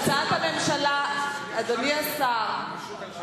אדוני השר,